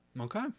Okay